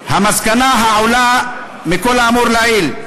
"העולה מכל האמור לעיל,